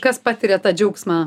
kas patiria tą džiaugsmą